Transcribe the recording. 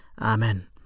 amen